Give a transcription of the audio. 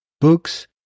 books